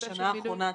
בשנה האחרונה.